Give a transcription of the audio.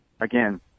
Again